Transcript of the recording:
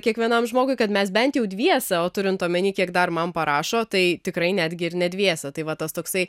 kiekvienam žmogui kad mes bent jau dviese o turint omenyje kiek dar man parašo tai tikrai netgi ir ne dviese tai va tas toksai